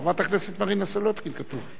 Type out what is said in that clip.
חברת הכנסת מרינה סולודקין כתוב.